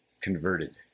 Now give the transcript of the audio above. converted